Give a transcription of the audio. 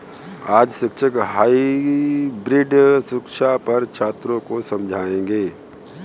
आज शिक्षक हाइब्रिड सुरक्षा पर छात्रों को समझाएँगे